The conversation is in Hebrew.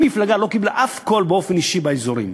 אם מפלגה לא קיבלה אף קול באופן אישי באזורים,